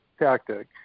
tactic